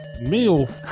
meal